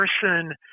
person